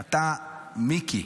מיקי,